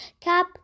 Cap